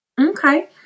Okay